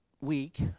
week